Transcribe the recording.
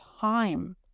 time